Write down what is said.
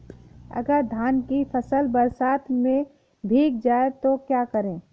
अगर धान की फसल बरसात में भीग जाए तो क्या करें?